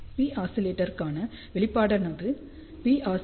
Posc அதிகபட்சம் க்கான வெளிப்பாடானது Posc max